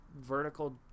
vertical